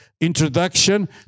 introduction